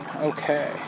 Okay